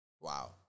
Wow